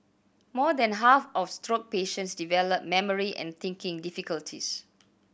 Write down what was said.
more than half of stroke patients develop memory and thinking difficulties